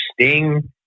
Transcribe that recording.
Sting